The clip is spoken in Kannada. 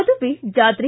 ಮದುವೆ ಜಾತ್ರೆ